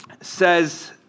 says